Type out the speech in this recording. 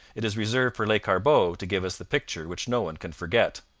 it is reserved for lescarbot to give us the picture which no one can forget